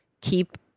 Keep